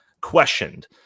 questioned